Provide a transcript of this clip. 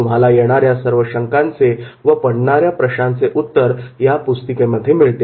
तुम्हाला येणाऱ्या सर्व शंकांचे व पडणाऱ्या प्रश्नांचे उत्तर या पुस्तिकेमध्ये मिळते